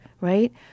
right